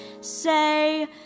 say